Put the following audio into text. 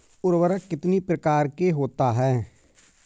उर्वरक कितनी प्रकार के होता हैं?